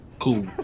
cool